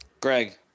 Greg